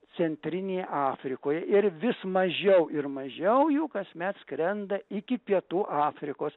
centrinėj afrikoje ir vis mažiau ir mažiau jų kasmet skrenda iki pietų afrikos